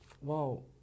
wow